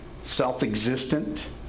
self-existent